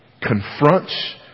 confronts